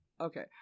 Okay